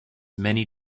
many